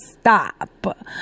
stop